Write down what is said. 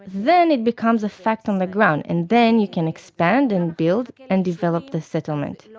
then it becomes a fact on the ground, and then you can expand and build and develop the settlement.